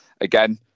again